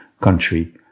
country